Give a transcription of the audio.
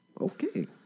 okay